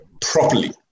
properly